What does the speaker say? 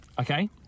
Okay